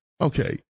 Okay